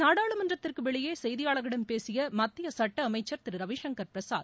நாடாளுமன்றத்திற்கு வெளியே செய்தியாளர்களிடம் பேசிய மத்திய சுட்ட அமைக்கர் திரு ரவிசங்கர் பிரசாத்